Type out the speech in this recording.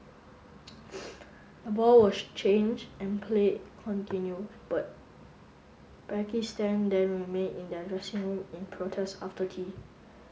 the ball was changed and play continue but Pakistan then remain in their dressing room in protest after tea